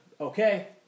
Okay